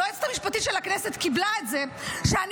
היועצת המשפטית של הכנסת קיבלה את זה שאני